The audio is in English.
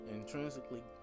intrinsically